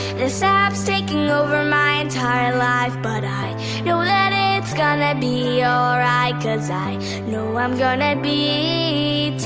this ah app's taken over my entire life, but i know that it's gonna be alright, cause i know i'm gonna be